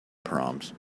proms